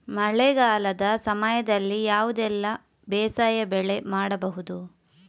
ಮಳೆಗಾಲದ ಸಮಯದಲ್ಲಿ ಯಾವುದೆಲ್ಲ ಬೇಸಾಯ ಬೆಳೆ ಮಾಡಬಹುದು?